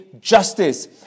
justice